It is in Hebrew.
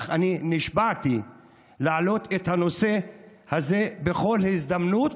אך אני נשבעתי להעלות את הנושא הזה בכל הזדמנות,